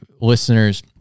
listeners